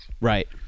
right